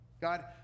God